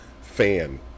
fan